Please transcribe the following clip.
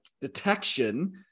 detection